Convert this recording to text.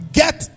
get